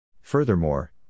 Furthermore